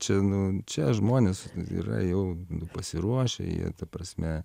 čia nu čia žmonės yra jau pasiruošę jie ta prasme